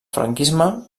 franquisme